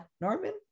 Norman